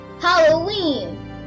Halloween